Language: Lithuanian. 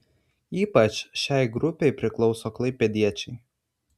ypač šiai grupei priklauso klaipėdiečiai